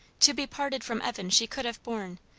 to be parted from evan she could have borne,